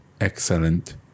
excellent